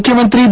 ಮುಖ್ಯಮಂತ್ರಿ ಬಿ